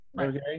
Okay